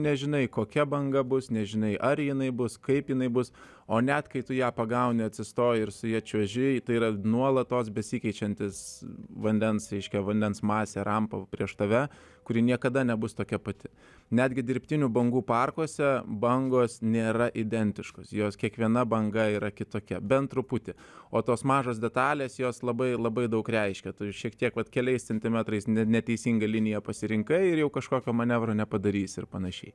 nežinai kokia banga bus nežinai ar jinai bus kaip jinai bus o net kai tu ją pagauni atsistoji ir su ja čiuoži tai yra nuolatos besikeičiantis vandens reiškia vandens masė rampa prieš tave kuri niekada nebus tokia pati netgi dirbtinių bangų parkuose bangos nėra identiškos jos kiekviena banga yra kitokia bent truputį o tos mažos detalės jos labai labai daug reiškia tu šiek tiek vat keliais centimetrais neteisinga linija pasirinkai ir jau kažkokio manevro nepadarys ir panašiai